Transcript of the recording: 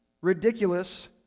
ridiculous